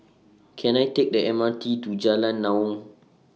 Can I Take The M R T to Jalan Naung